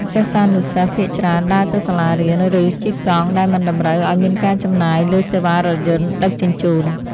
សិស្សានុសិស្សភាគច្រើនដើរទៅសាលារៀន ឬជិះកង់ដែលមិនតម្រូវឱ្យមានការចំណាយលើសេវារថយន្តដឹកជញ្ជូន។